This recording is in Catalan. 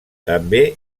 també